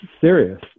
serious